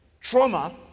trauma